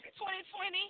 2020